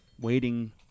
waiting